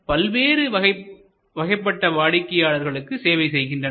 ஆனால் பல்வேறு வகைப்பட்ட வாடிக்கையாளர்களுக்கு சேவை செய்கின்றனர்